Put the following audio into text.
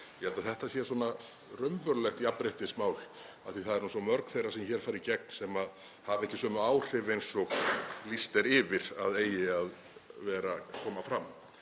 Ég held að þetta sé raunverulegt jafnréttismál, af því að það eru svo mörg þeirra sem hér fara í gegn sem hafa ekki sömu áhrif eins og lýst er yfir að eigi að vera að